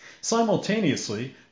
Simultaneously